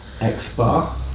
X-Bar